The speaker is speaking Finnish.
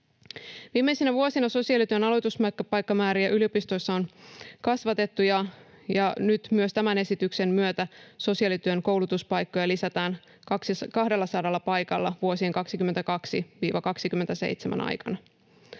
Viimeisinä vuosina sosiaalityön aloituspaikkamääriä yliopistoissa on kasvatettu. Nyt myös tämän esityksen myötä sosiaalityön koulutuspaikkoja lisätään 200 paikalla vuosien 22—27 aikana.